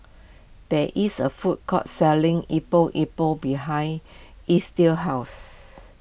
there is a food court selling Epok Epok behind Estill's house